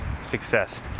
success